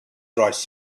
dries